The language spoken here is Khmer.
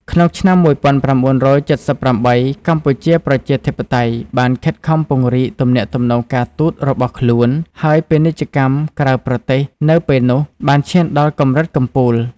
ក្នុងឆ្នាំ១៩៧៨ កម្ពុជាប្រជាធិបតេយ្យបានខិតខំពង្រីកទំនាក់ទំនងការទូតរបស់ខ្លួន ហើយពាណិជ្ជកម្មក្រៅប្រទេស នៅពេលនោះ បានឈានដល់កម្រិតកំពូល។